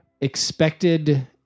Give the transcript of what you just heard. expected